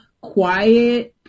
quiet